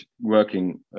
working